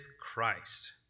Christ